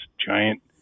giant